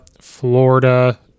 Florida